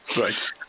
Right